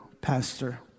pastor